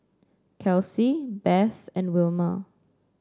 Kelcie Beth and Wilmer